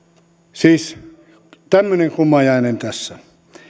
siis tämmöinen kummajainen tässä